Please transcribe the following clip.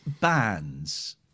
bands